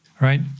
right